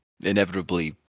inevitably